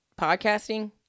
podcasting